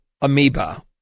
amoeba